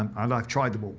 um and i've tried them all.